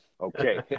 Okay